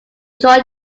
draw